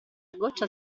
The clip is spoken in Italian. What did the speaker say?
goccia